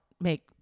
make